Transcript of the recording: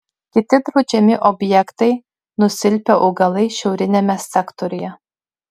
kiti draudžiami objektai nusilpę augalai šiauriniame sektoriuje